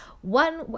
one